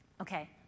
Okay